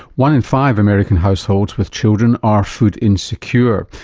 one in five american households with children are food insecure.